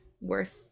worth